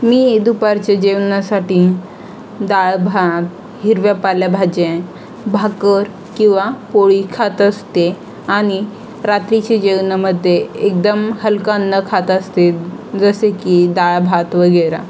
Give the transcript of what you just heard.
मी दुपारच्या जेवणासाठी डाळ भात हिरव्या पालेभाज्या भाकरी किंवा पोळी खात असते आणि रात्रीच्या जेवणामध्ये एकदम हलकं अन्न खात असते जसे की डाळ भात वगैरे